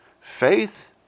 Faith